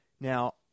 now